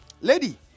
Lady